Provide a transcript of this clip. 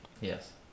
Yes